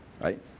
right